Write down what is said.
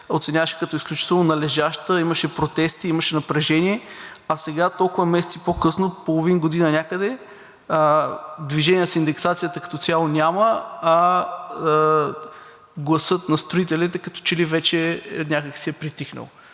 оценяваше като изключително належаща, имаше протести, имаше напрежение. А сега, толкова месеци по-късно – половин година някъде, движение с индексацията като цяло няма, а гласът на строителите като че ли вече някак си е притихнал.